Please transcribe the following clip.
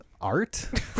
art